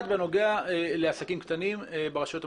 בנוגע לעסקים קטנים ברשויות המקומיות.